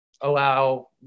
allow